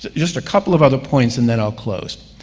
just a couple of other points, and then i'll close.